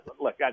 look